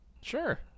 Sure